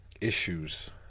issues